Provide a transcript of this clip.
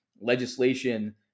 legislation